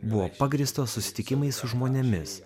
buvo pagrįstos susitikimais su žmonėmis